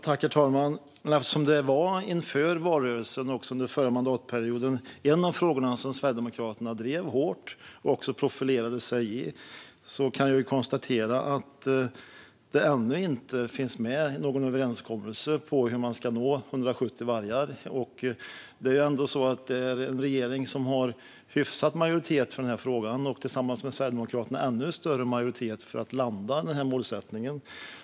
Herr talman! Inför valrörelsen och under den förra mandatperioden var detta en av de frågor som Sverigedemokraterna drev hårt och också profilerade sig i. Jag kan dock konstatera att det ännu inte finns med i någon överenskommelse hur man ska nå 170 vargar. Regeringen har ändå en hyfsad majoritet för frågan, och tillsammans med Sverigedemokraterna har man en ännu större majoritet för att landa i den här målsättningen.